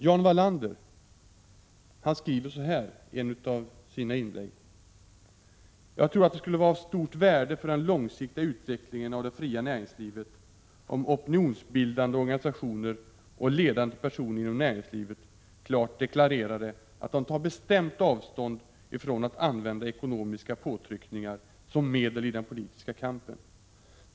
Jan Wallander skriver följande i ett av sina inlägg: ”Jag tror därför att det skulle vara av stort värde för den långsiktiga utvecklingen av det fria näringslivet om opinionsbildande organisationer och ledande personer inom näringslivet klart deklarerade att de tar bestämt avstånd ifrån att använda ekonomiska påtryckningar som medel i den politiska kampen.